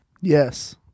yes